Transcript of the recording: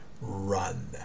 run